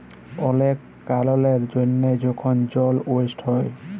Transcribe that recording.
অলেক কারলের জ্যনহে যখল জল ওয়েস্ট হ্যয়